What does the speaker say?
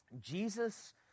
jesus